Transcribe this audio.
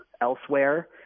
elsewhere –